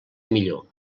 millor